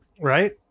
Right